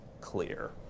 clear